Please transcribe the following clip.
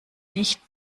nicht